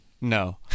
no